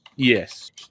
Yes